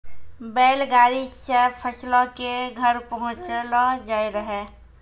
बैल गाड़ी से फसलो के घर पहुँचैलो जाय रहै